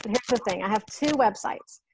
it's the thing, i have two websites.